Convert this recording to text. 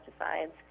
pesticides